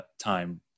time